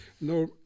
No